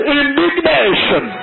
indignation